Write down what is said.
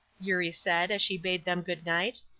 eurie said, as she bade them good night.